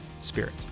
spirit